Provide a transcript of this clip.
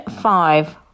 five